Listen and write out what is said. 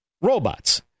robots